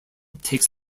takes